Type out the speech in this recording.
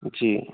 ਜੀ